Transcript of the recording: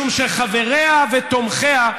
משום שחבריה ותומכיה,